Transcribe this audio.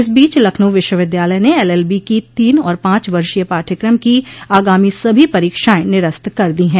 इस बीच लखनऊ विश्वविद्यालय ने एलएलबी की तीन और पांच वर्षीय पाठ्यक्रम की आगामी सभी परीक्षाएं निरस्त कर दी है